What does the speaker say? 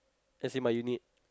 as in my unit